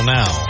now